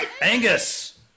Angus